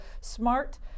smart